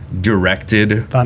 directed